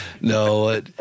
No